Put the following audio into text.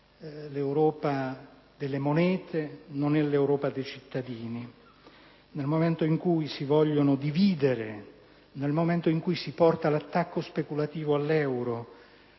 (l'Europa delle monete non è l'Europa dei cittadini), nel momento in cui si vuole dividere, si porta l'attacco speculativo all'euro,